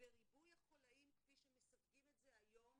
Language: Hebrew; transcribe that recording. וריבוי החוליים כפי שמסווגים את זה היום